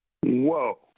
Whoa